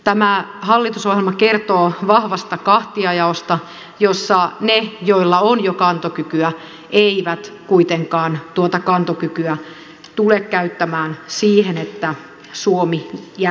tämä hallitusohjelma kertoo vahvasta kahtiajaosta jossa ne joilla on jo kantokykyä eivät kuitenkaan tuota kantokykyä tule käyttämään siihen että suomi jälleen nousee